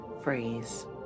phrase